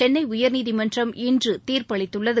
சென்னை உயர்நீதிமன்றம் இன்று தீர்ப்பு அளித்துள்ளது